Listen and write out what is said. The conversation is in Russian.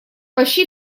почти